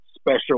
special